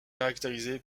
caractérisés